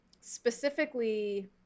specifically